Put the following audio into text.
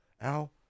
Al